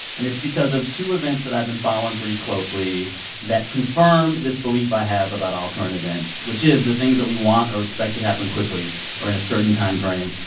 and it's because of two events that i've been following pretty closely that confirmed this belief i have about all current events, which is the things that we want or expect to happen quickly or in a certain time frame,